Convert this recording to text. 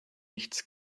nichts